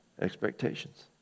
Expectations